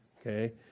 Okay